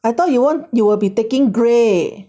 I thought you want you will be taking grey